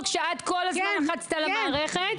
<< יור >> את היית מוכנה להתעמת מולו ואת כל הזמן לחצת על המערכת.